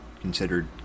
considered